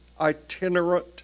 itinerant